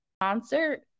concert